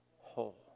whole